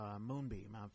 Moonbeam